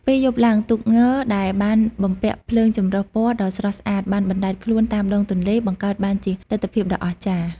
ពេលយប់ឡើង ទូកងដែលបានបំពាក់ភ្លើងចម្រុះពណ៌ដ៏ស្រស់ស្អាត បានបណ្ដែតខ្លួនតាមដងទន្លេ បង្កើតបានជាទិដ្ឋភាពដ៏អស្ចារ្យ។